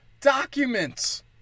documents